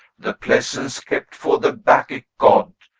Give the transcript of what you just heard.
the pleasance kept for the bacchic god,